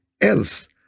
else